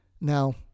now